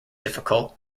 difficult